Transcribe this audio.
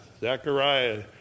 Zechariah